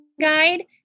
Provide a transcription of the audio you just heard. guide